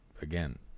again